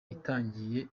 itangiye